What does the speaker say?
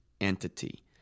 entity